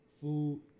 food